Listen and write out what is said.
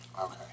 Okay